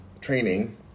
training